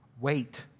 wait